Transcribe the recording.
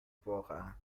بودواقعا